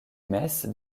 messes